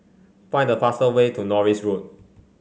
find the fastest way to Norris Road